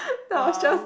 !wow!